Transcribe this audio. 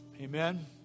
Amen